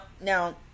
now